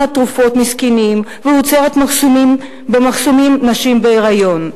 מונעת תרופות מזקנים ועוצרת במחסומים נשים בהיריון.